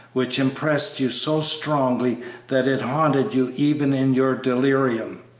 which impressed you so strongly that it haunted you even in your delirium.